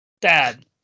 dad